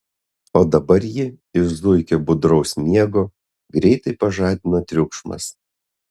o dabar jį iš zuikio budraus miego greitai pažadino triukšmas